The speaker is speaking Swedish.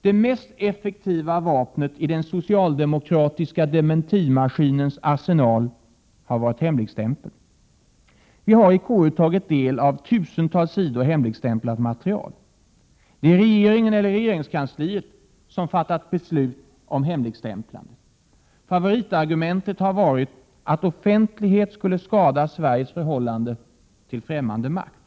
Det mest effektiva vapnet i den socialdemokratiska dementimaskinens arsenal har varit hemligstämpeln. Vi i KU har tagit del av tusentals sidor hemligstämplat material. Det är regeringen eller regeringskansliet som har fattat beslut om hemligstämplandet. Favoritargumentet har varit att offentlighet skulle skada Sveriges förhållande till främmande makt.